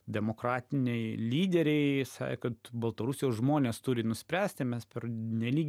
demokratiniai lyderiai sakė kad baltarusijos žmonės turi nuspręsti mes pernelyg